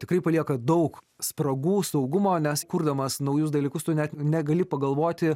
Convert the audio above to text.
tikrai palieka daug spragų saugumo nes kurdamas naujus dalykus tu net negali pagalvoti